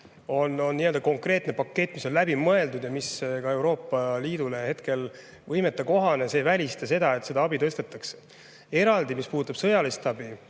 on konkreetne pakett, mis on läbi mõeldud ja mis on ka Euroopa Liidule hetkel võimetekohane. See ei välista seda, et seda abi tõstetakse. Eraldi, mis puudutab sõjalist abi,